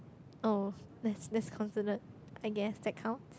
oh that's that's considerate I guess that count